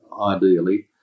ideally